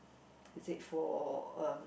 is it for a